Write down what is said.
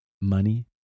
money